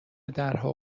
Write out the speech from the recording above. درهای